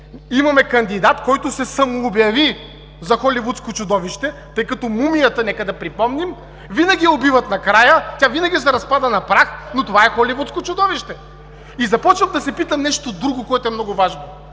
Имаме кандидат, който се самообяви за холивудско чудовище, тъй като мумията – нека да припомним – винаги я убиват накрая, тя винаги се разпада на прах, но това е холивудско чудовище. И започвам да се питам нещо друго, което е много важно.